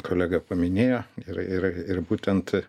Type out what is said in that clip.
kolega paminėjo ir ir ir būtent